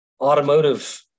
automotive